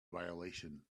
violation